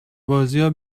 بازیا